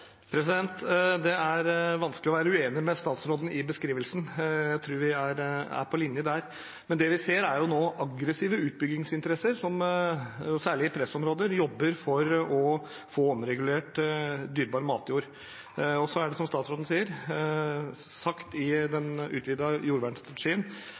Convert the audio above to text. Det er vanskelig å være uenig med statsråden i beskrivelsen. Jeg tror vi er på linje der. Det vi ser nå, er aggressive utbyggingsinteresser som særlig i pressområder jobber for å få omregulert dyrebar matjord. Så er det, som statsråden sier, sagt i